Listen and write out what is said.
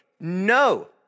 no